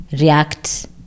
react